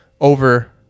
over